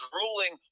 ruling